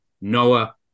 Noah